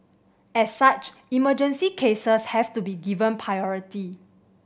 as such emergency cases have to be given priority